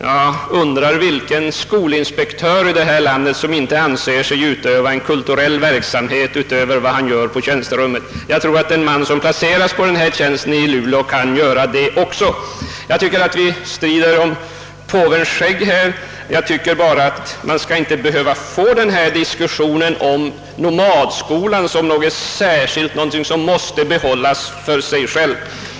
Jag undrar vilken skolinspektör i detta land som inte anser sig utöva en kulturell verksamhet utöver den han utövar på tjänsterummet. Jag tror att den man som placeras på denna tjänst i Luleå också kan göra det. Här strider vi nog om påvens skägg. Vi skulle egentligen inte behöva få denna diskussion om nomadskolan som något särskilt som måste behållas för sig själv.